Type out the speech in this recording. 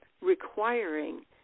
requiring